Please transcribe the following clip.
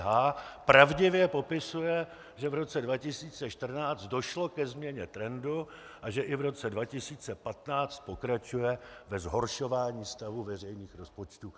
H pravdivě popisuje, že v roce 2014 došlo ke změně trendu a že i v roce 2015 pokračuje ve zhoršování stavu veřejných rozpočtů.